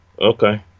Okay